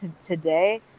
today